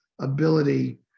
ability